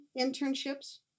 internships